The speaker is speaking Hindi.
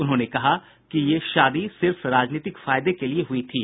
उन्होंने कहा कि ये शादी सिर्फ राजनीतिक फायदे के लिए हई थी